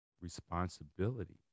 responsibility